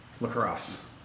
lacrosse